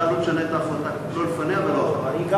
אתה לא משנה את ההחלטה: לא לפניה ולא אחריה.